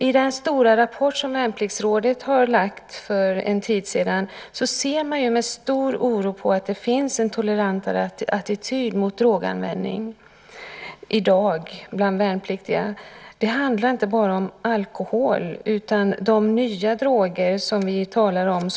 I den stora rapport som Värnpliktsrådet lade fram för en tid sedan ser man med stor oro på att det i dag finns en tolerantare attityd mot droganvändning bland värnpliktiga. Det handlar inte bara om alkohol utan också om de nya droger som vi talar om.